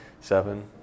seven